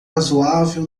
razoável